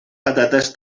patates